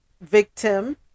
victim